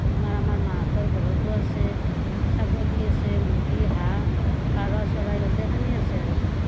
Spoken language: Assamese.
তোমাৰ আমাৰ মাহঁতৰ ঘৰতো আছে ছাগলী আছে মুৰ্গী হাঁহ পাৰ চৰাই গোটেইখানি আছে আৰু ঘৰত